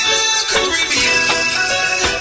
Caribbean